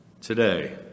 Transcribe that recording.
Today